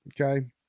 okay